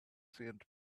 sand